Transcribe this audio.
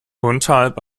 unterhalb